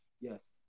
Yes